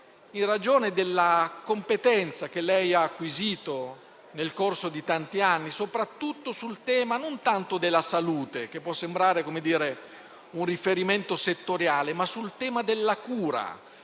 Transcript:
in ragione della competenza che lei ha acquisito nel corso di tanti anni, soprattutto sul tema non tanto della salute, che può sembrare un riferimento settoriale, ma sul tema della cura